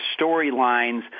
storylines